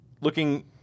Looking –